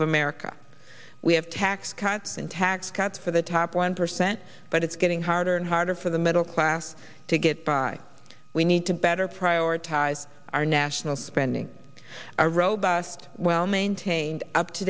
of america we have tax cuts and tax cuts for the top one percent but it's getting harder and harder for the middle class to get by we need to better prioritize our national spending a robust well maintained upto